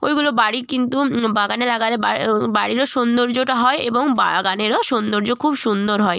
ওইগুলো বাড়ির কিন্তু বাগানে লাগালে বা বাড়িরও সৌন্দর্যটা হয় এবং বাগানেরও সৌন্দর্য খুব সুন্দর হয়